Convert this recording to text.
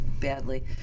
badly